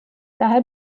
daher